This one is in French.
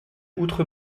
outre